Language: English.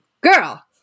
girl